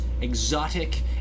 exotic